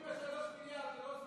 53 מיליארד זה לא סחיטה באיומים?